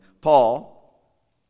Paul